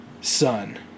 son